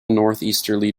northeasterly